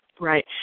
right